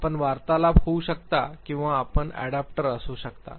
आपण वार्तालाप होऊ शकता किंवा आपण अॅडॉप्टर असू शकता